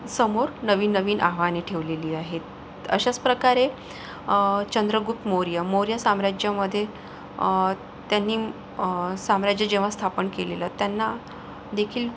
समोर नवीन नवीन आव्हाने ठेवलेली आहेत अशाच प्रकारे चंद्रगुप्त मौर्य मौर्य साम्राज्यामध्ये त्यांनी साम्राज्य जेव्हा स्थापन केलेलं त्यांनादेखील